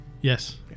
Yes